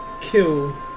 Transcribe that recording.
kill